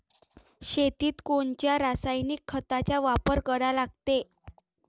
शेतीत कोनच्या रासायनिक खताचा वापर करा लागते?